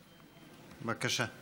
בבקשה.